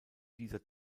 dieser